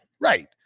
Right